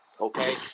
okay